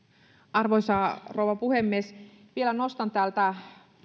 arvoisa rouva puhemies vielä nostan täältä